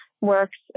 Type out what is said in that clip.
works